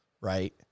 right